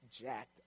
jacked